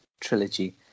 trilogy